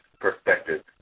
perspective